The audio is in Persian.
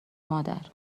مادر